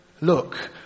look